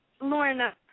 Lorna